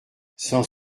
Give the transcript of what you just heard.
sans